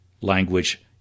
language